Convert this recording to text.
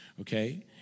Okay